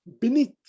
Beneath